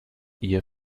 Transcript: ihr